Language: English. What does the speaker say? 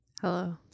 Hello